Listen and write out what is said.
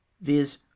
viz